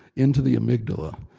into the amygdala,